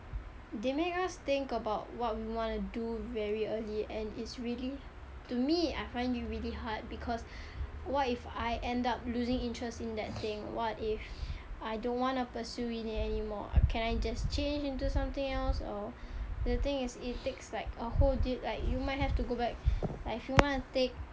they make us think about what we wanna do very early and it's really to me I find it really hard because what if I end up losing interest in that thing what if I don't wanna pursue it anymore can I just change into something else or the thing is it takes like a whole you might have to go back like if you wanna take